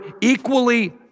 equally